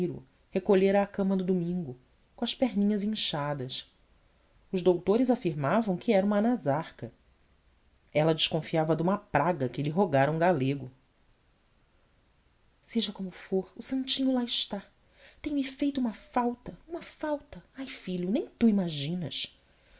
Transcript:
recolhera à cama no domingo com as perninhas inchadas os doutores afirmavam que era uma anasarca ela desconfiava de uma praga que lhe rogara um galego seja como for o santinho lá está tem-me feito uma falta uma falta ai filho nem tu imaginas